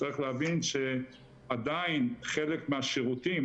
צריך להבין שעדיין חלק מהשירותים,